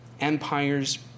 empires